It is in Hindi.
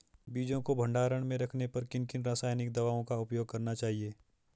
बीजों को भंडारण में रखने पर किन किन रासायनिक दावों का उपयोग करना चाहिए?